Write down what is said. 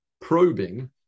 probing